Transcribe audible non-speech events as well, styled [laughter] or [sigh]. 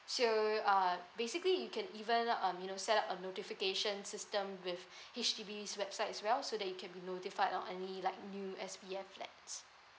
so uh basically you can even um you know set up a notification system with [breath] H_D_B website as well so that you can be notified on any like new S_B_F flats